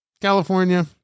California